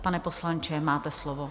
Pane poslanče, máte slovo.